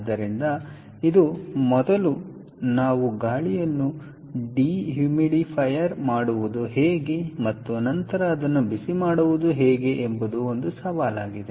ಆದ್ದರಿಂದ ಇದು ಮೊದಲು ನಾವು ಗಾಳಿಯನ್ನು ಡಿಹ್ಯೂಮಿಡಿಫೈಯರ್ ಮಾಡುವುದು ಹೇಗೆ ಮತ್ತು ನಂತರ ಅದನ್ನು ಬಿಸಿ ಮಾಡುವುದು ಹೇಗೆ ಎಂಬುದು ಒಂದು ಸವಾಲಾಗಿದೆ